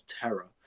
terror